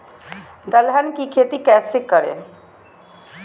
दलहन की खेती कैसे करें?